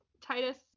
Titus